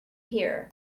here